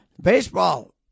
Baseball